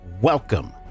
welcome